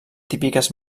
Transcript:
típiques